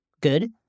Good